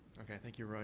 okay. thank you, roy.